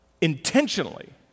Intentionally